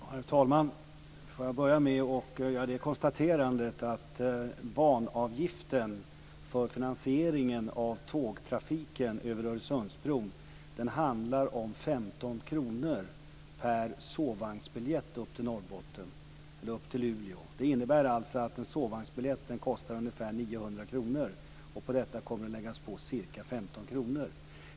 Herr talman! Får jag börja med att göra det konstaterandet att banavgiften för finansieringen av tågtrafiken över Öresundsbron handlar om 15 kr per sovvagnsbiljett till Luleå. Det innebär alltså att en sovvagnsbiljett kostar ungefär 900 kr och på detta kommer att läggas ca 15 kr.